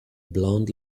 blond